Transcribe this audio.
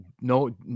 no